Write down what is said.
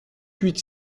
huit